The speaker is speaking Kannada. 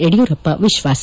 ಯಡಿಯೂರಪ್ಪ ವಿಶ್ವಾಸ